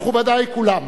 מכובדי כולם,